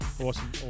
awesome